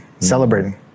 celebrating